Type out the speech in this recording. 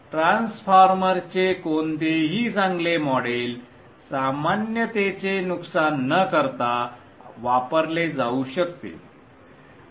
ट्रान्सफॉर्मरचे कोणतेही चांगले मॉडेल सामान्यतेचे नुकसान न करता वापरले जाऊ शकते